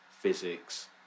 physics